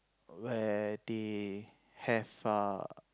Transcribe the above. where they have uh